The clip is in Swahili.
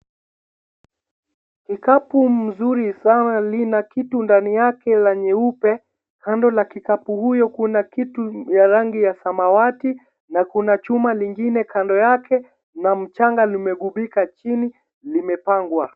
Ni kapu mzuri sana, lina kitu ndani yake la nyeupe, kando la kikapu huyo kuna kitu ya rangi ya samawati, na kuna chuma lingine kando yake na mchanga limegubika chini, limepangwa.